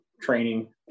training